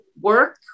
work